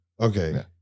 Okay